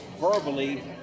verbally